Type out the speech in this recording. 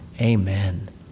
Amen